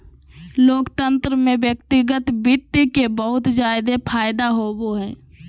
लोकतन्त्र में व्यक्तिगत वित्त के बहुत जादे फायदा होवो हय